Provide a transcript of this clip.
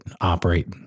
operate